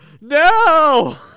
No